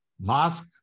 Mask